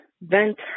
vent